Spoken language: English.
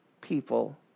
people